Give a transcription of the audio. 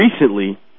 recently